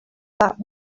that